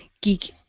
geek